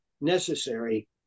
necessary